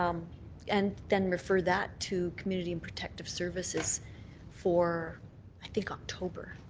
um and then refer that to community and protective services for i think october.